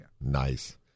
Nice